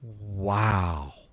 Wow